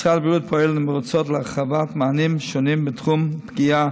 משרד הבריאות פועל נמרצות להרחבת מענים שונים בתחום הפגיעה